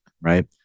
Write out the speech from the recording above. right